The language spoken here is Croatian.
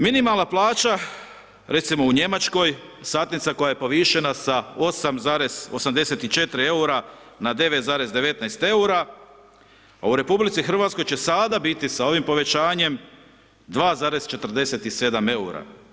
Minimalna plaća recimo u Njemačkoj, satnica koja je povišena sa 8,84 eura na 9,19 eura, u RH će sada biti sa ovim povećanjem 2,47 eura.